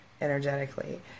energetically